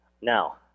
Now